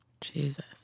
Jesus